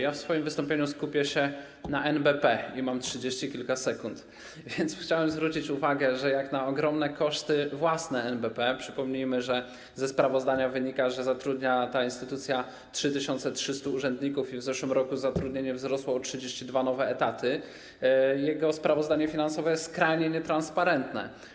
Ja w swoim wystąpieniu skupię się na NBP, a że mam trzydzieści kilka sekund, chciałem zwrócić uwagę, że jak na ogromne koszty własne NBP - przypomnijmy, że ze sprawozdania wynika, że zatrudnia ta instytucja 3300 urzędników, w zeszłym roku zatrudnienie wzrosło o 32 nowe etaty - jego sprawozdanie finansowe jest skrajnie nietransparentne.